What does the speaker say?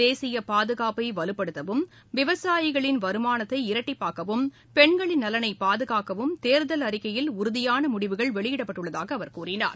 தேசிய பாதுகாப்பை வலுப்படுத்தவும் விவசாயிகளின் வருமானத்தை இரட்டிப்பாக்கவும் பெண்களின் நலனை பாதுகாக்கவும் தேர்தல் அறிக்கையில் உறுதியான முடிவுகள் வெளியிடப்பட்டுள்ளதாக கூறினார்